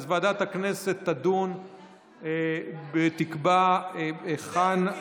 אז ועדת הכנסת תדון ותקבע היכן.